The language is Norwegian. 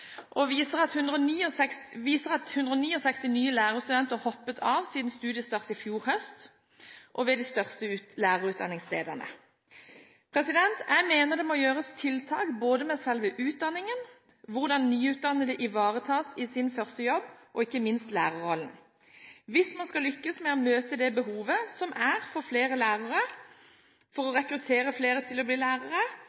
viser at 169 nye lærerstudenter hoppet av siden studiestart i fjor høst ved de største lærerutdanningsstedene. Jeg mener det må gjøres tiltak med både selve utdanningen, hvordan nyutdannede ivaretas i sin første jobb, og – ikke minst – med hensyn til lærerrollen. Hvis man skal lykkes med å møte det behovet som er for flere lærere, må man rekruttere flere til å